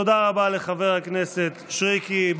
תודה רבה לחבר הכנסת מישרקי.